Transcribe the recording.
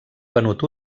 venut